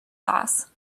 sauce